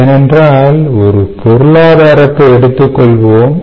ஏனென்றால் ஒரு பொருளாதாரத்தை எடுத்துக் கொள்வோம்